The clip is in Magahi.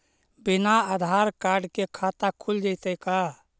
बिना आधार कार्ड के खाता खुल जइतै का?